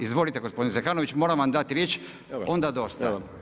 Izvolite gospodine Zekanović moram vam dati riječ onda dosta.